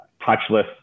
touchless